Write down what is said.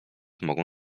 mogą